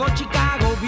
Chicago